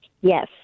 Yes